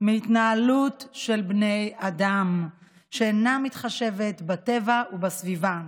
מהתנהלות של בני אדם שאינה מתחשבת בטבע ובסביבה.